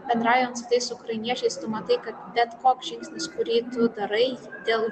bendraujant su tais ukrainiečiais tu matai kad bet koks žingsnis kurį tu darai dėl